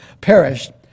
perished